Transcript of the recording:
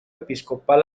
episcopal